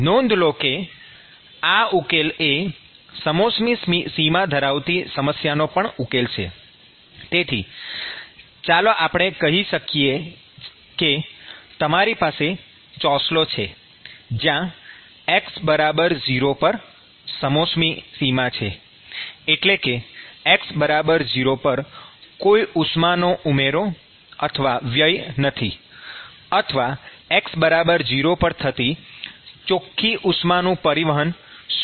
નોંધ લો કે આ ઉકેલ એ સમોષ્મિ સીમા ધરાવતી સમસ્યાનો પણ ઉકેલ છે તેથી ચાલો આપણે કહી શકીએ કે તમારી પાસે ચોસલો છે જ્યાં x0 પર સમોષ્મિ સીમા છે એટલે કે x0 પર કોઈ ઉષ્માનો ઉમેરોવ્યય નથી અથવા x0 પર થતી ચોખ્ખી ઉષ્માનું પરિવહન ૦ શૂન્ય છે